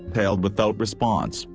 hailed without response,